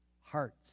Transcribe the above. hearts